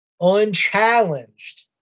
unchallenged